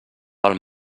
pel